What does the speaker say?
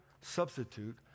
substitute